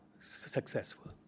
successful